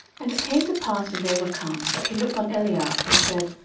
and it came to pass, when they were come, that he looked on eliab, and said,